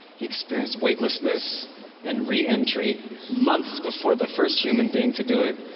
he experienced weightlessness and re-entry months before the first human being to do it,